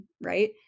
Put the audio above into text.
right